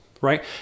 right